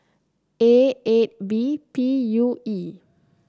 A eight B P U E